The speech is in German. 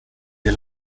wir